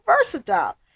versatile